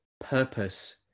Purpose